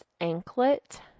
anklet